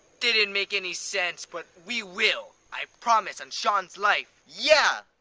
didn't make any sense, but we will. i promise on sean's life. yeah!